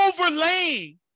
overlaying